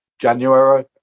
January